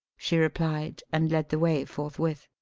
she replied, and led the way forthwith.